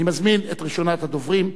אני מזמין את ראשונת הדוברים,